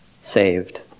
saved